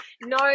no